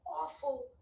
awful